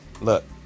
look